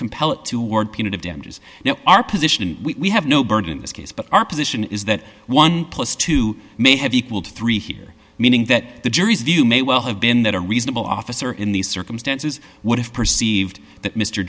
compel it to word punitive damages now our position we have no burden in this case but our position is that one plus two may have equal to three here meaning that the jury's view may well have been that a reasonable officer in these circumstances would have perceived that mr